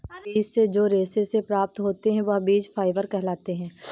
बीज से जो रेशे से प्राप्त होते हैं वह बीज फाइबर कहलाते हैं